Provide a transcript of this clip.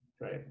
Right